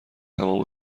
تمام